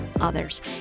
others